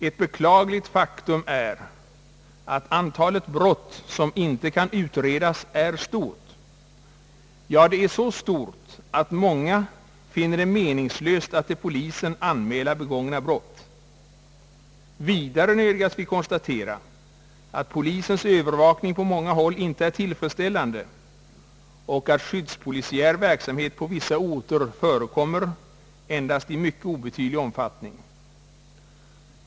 Ett beklagligt faktum är att antalet brott, som inte kan utredas, är stort — ja, så stort att många finner det meningslöst att till polisen anmäla be gångna brott. Vidare nödgas vi konstatera, att polisens övervakning på många håll inte är tillfredsställande och att skyddspolisiär verksamhet på vissa orter förekommer endast i mycket obetydlig omfattning.